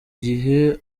gihe